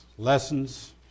lessons